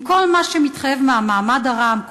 עם כל מה שמתחייב מהמעמד הרם,